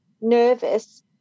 nervous